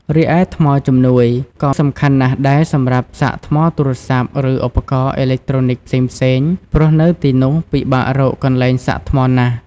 រីឯ ថ្មជំនួយ ក៏សំខាន់ណាស់ដែរសម្រាប់សាកថ្មទូរស័ព្ទ ឬឧបករណ៍អេឡិចត្រូនិកផ្សេងៗ ព្រោះនៅទីនោះពិបាករកកន្លែងសាកថ្មណាស់។